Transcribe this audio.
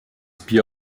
bier